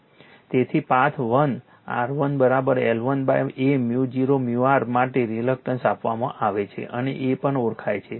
તેથી પાથ 1 R1 L1 A µ0 µr માટે રિલક્ટન્સ આપવામાં આવે છે અને A પણ ઓળખાય છે